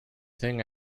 thing